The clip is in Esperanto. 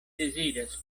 deziras